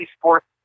sports